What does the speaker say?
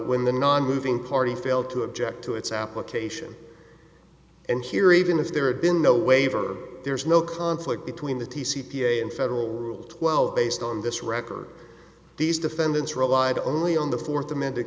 when the nonmoving party failed to object to its application and here even if there had been no waiver there's no conflict between the t c p a and federal rule twelve based on this record these defendants relied only on the fourth amend